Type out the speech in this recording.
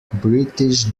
british